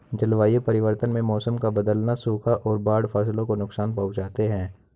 जलवायु परिवर्तन में मौसम का बदलना, सूखा और बाढ़ फसलों को नुकसान पहुँचाते है